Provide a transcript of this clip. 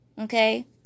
okay